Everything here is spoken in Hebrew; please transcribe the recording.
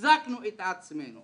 והחזקנו את עצמנו